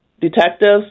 detectives